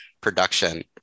production